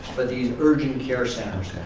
but these urgent care centers.